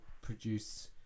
produce